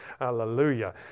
Hallelujah